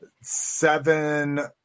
seven